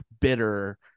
bitter